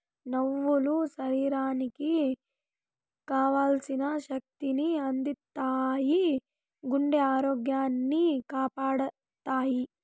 నువ్వులు శరీరానికి కావల్సిన శక్తి ని అందిత్తాయి, గుండె ఆరోగ్యాన్ని కాపాడతాయి